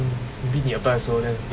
maybe 你 apply 的时后 then